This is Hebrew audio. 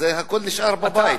זה הכול נשאר בבית.